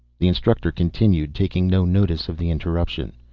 the instructor continued, taking no notice of the interruption.